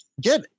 Get